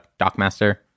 dockmaster